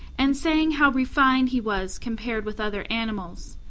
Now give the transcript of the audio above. and saying how refined he was compared with other animals.